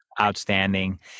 Outstanding